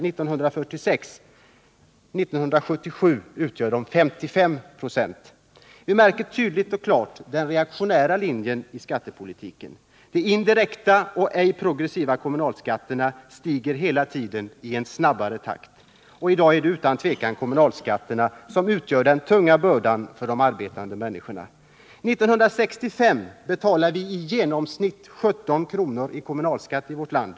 Vi märker tydligt och klart den reaktionära linjen i skattepolitiken. De indirekta skatterna och de ej progressiva kommunalskatterna stiger hela tiden i en snabbare takt. I dag är det utan tvivel kommunalskatterna som utgör den tunga bördan för de arbetande människorna. 1965 betalade vi i genomsnitt 17 kr. i kommunalskatt i vårt land.